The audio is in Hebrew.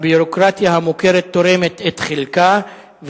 הביורוקרטיה המוכרת תורמת את חלקה,